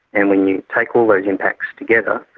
and when you take all those impacts together,